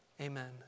Amen